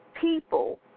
people